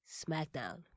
SmackDown